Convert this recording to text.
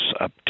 up